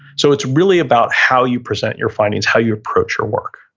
so, it's really about how you present your findings, how you approach your work,